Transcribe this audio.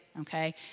okay